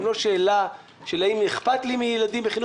זו לא שאלה של אם אכפת לי מילדים בחינוך